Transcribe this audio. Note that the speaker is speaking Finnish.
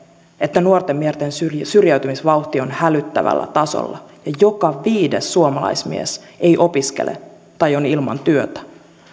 että nuorten miesten syrjäytymisvauhti on hälyttävällä tasolla ja joka viides suomalaismies ei opiskele tai on ilman työtä